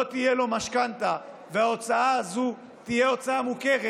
לא תהיה לו משכנתה, וההוצאה הזו תהיה הוצאה מוכרת.